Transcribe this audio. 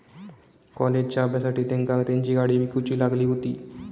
कॉलेजच्या अभ्यासासाठी तेंका तेंची गाडी विकूची लागली हुती